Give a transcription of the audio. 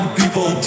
people